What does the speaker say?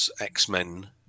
X-Men